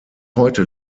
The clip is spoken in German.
heute